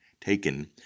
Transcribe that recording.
taken